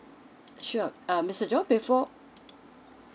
sure uh mister john before